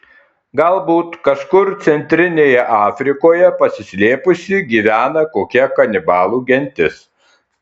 galbūt kažkur centrinėje afrikoje pasislėpusi gyvena kokia kanibalų gentis